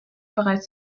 bereits